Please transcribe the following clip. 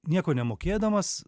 nieko nemokėdamas